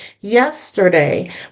yesterday